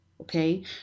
Okay